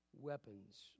weapons